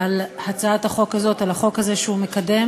על הצעת החוק הזאת, על החוק הזה שהוא מקדם,